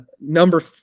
number